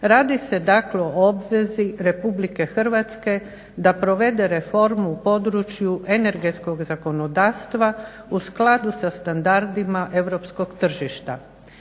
Radi se dakle o obvezi Republike Hrvatske da provede reformu u području energetskog zakonodavstva u skladu sa standardima europskog tržišta.